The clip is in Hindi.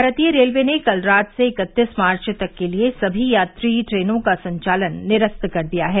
भारतीय रेलवे ने कल रात से इकत्तीस मार्च तक के लिए समी यात्री ट्रेनों का संचालन निरस्त कर दिया है